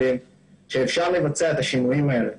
אפשר לבצע את השינויים האלה,